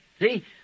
See